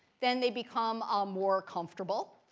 then they become ah more comfortable,